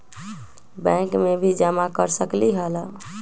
Bank में भी जमा कर सकलीहल?